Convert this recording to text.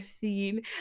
scene